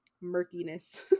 murkiness